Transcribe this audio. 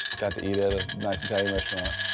got to eat at a nice italian restaurant.